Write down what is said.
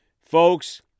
Folks